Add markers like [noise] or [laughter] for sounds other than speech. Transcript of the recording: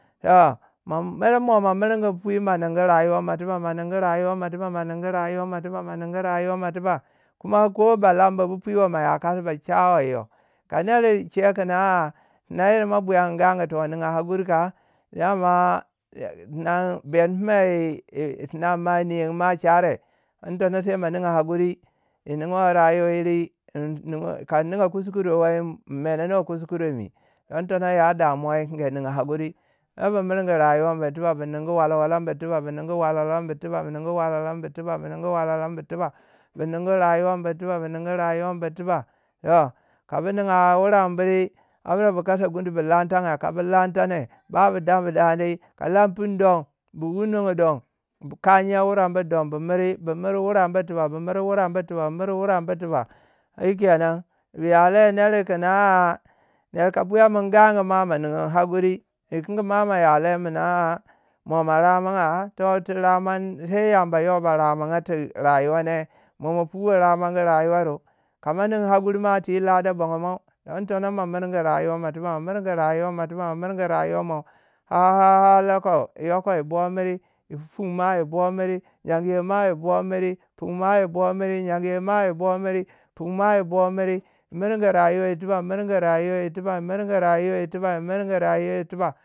toh mo mere mirningu pwi ma ningu rayuwa mo tiba mo ningu rayuwa mo tiba mo ningu rayuwa mo tiba mo ningu rayuwa mo tiba ko balanba bu pwi wa ma ya kasi ma shawa iyo. ka ner chewai kun a- a ma buyamin yangu tih. ninga hakuri kau dama [unintelligible] din tono sai ma ninga hakuri. yi ninwei rayuwa yiri. kan ninga kuskure wei, in menanui kuskure mi. don tono ya damuwa dikingi ninga hakuri [unintelligible] bi ningu walwala bir tuba bu ningu walwala bir tiba bi ningu walwala bir tiba bu ningu walwala bur tiba. Bu ningu rayuwa bur tiba bu ningu rayuwa bir tiba. toh ka bu ninga wueri buri amna bu kasa gundu bu lantanga. Ka bu lantane. ba bu dabu dau ni ka lang finu don bu wunogo don, bu kanye wure buri don bu miri wurei bur tiba bumiri wure buri tiba bumiri wure buri tiba. Shikenan [unintelligible] ner ka buyamin ganga ma nin hakuri. Ti kingi ma. ma ya lei kun a- a mo ma ramanga. toh tu raman sai yamba yo ba ramun ti rayuwa ne. Mo ma puwei raman rayuwairu. ka ma nin hakuri ma ti lada bongo mou. don tono ma mirgi rayuwa mo tiba mo mirgi rayuwa mo tiba mo mirgi rayuwa mo ha- ha- ha yoko. Yoko yi bo miri [unintelligible] pun ma yi bo mir. yangye ma yi bo miri, pun ma yi bo miri. yangye ma yi bo miri pun ma yi bo yiri. murgu rayuwa yir tiba murgu rayuwa yir tiba mirgi rayuwa yir tiba yi murgu rayuwa yir tiba.